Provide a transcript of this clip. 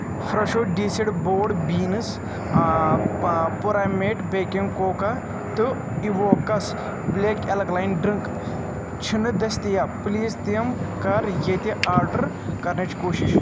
فرٛٮ۪شو diced broad beans Puramet baking cocoa تہٕ Evocus black alkaline drink چھِنہٕ دٔستِیاب please تِم کر ییٚتہِ آرڈر کرنٕچ کوٗشش